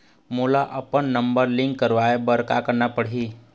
मोला अपन number link करवाये बर का करना पड़ही?